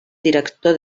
director